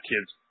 kid's